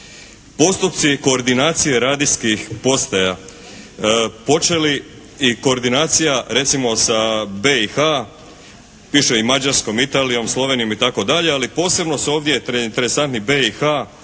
postupci koordinacije radijskih postaja počeli i koordinacija recimo sa BiH-a, piše i Mađarskom i Italijom, Slovenijom itd., ali posebno su ovdje interesantni